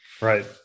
right